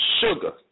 sugar